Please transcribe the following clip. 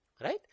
Right